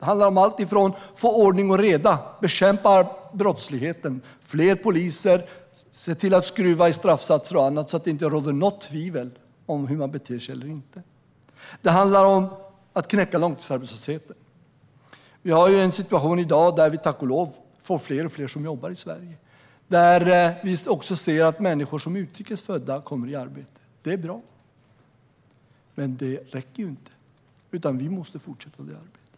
Det handlar om alltifrån att få ordning och reda, att bekämpa brottsligheten, att få fler poliser till att se till att skruva i straffsatser och annat så att det inte råder något tvivel om hur man ska bete sig eller inte. Det handlar om att knäcka långtidsarbetslösheten. Vi har en situation i dag där fler och fler i Sverige jobbar - tack och lov. Vi ser också att människor som är utrikesfödda kommer i arbete. Det är bra. Men det räcker inte. Vi måste fortsätta det arbetet.